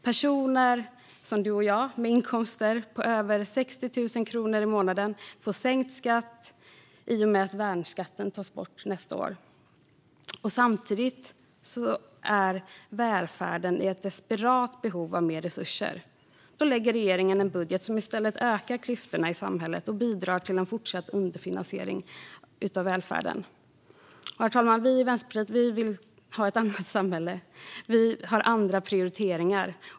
Personer, som talmannen och jag, med inkomster på över 60 000 kronor i månaden får sänkt skatt i och med att värnskatten tas bort nästa år. Samtidigt är välfärden i ett desperat behov av mer resurser. Då lägger regeringen en budget som i stället ökar klyftorna i samhället och bidrar till en fortsatt underfinansiering av välfärden. Herr talman! Vi i Vänsterpartiet vill ha ett annat samhälle. Vi har andra prioriteringar.